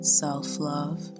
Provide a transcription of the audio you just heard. self-love